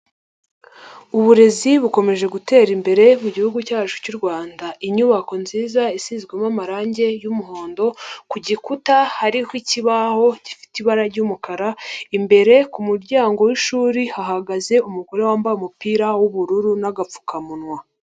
Uburezi bukomeje gutera imbere gihugu cyacu cyu Rwanda, inyubako nziza isizwemo amarangi yumuhondo, ku gikuta hariho ikibaho gifite ibara ry'umukara, imbere ku kumuryango wishuri hahagaze umugore wambaye umupira w'ubururu n'agapfukamunwa.